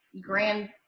grand